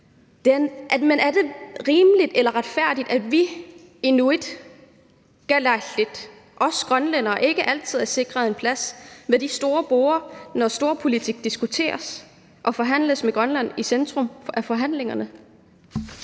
Men er det rimeligt eller retfærdigt, at vi grønlændere, inuit kalaallit, ikke altid er sikret en plads ved de store borde, når storpolitik diskuteres og forhandles med Grønland i centrum af forhandlingerne?